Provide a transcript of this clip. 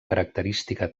característica